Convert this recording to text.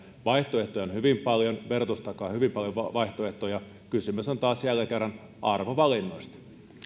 vaihtoehtoja on hyvin paljon verotus takaa hyvin paljon vaihtoehtoja kysymys on taas jälleen kerran arvovalinnoista